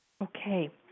Okay